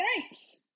thanks